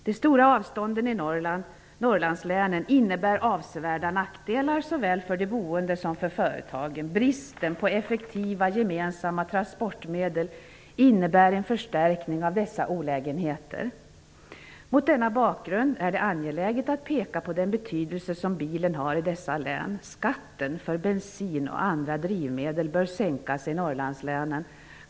De stora avstånden i Norrlandslänen innebär avsevärda nackdelar, såväl för de boende som för företagen. Bristen på effektiva, gemensamma transportmedel innebär en förstärkning av dessa olägenheter. Mot denna bakgrund är det angeläget att peka på den betydelse som bilen har i dessa län. Skatten för bensin och andra drivmedel bör sänkas i Norrlandslänen.